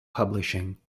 publishing